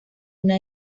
una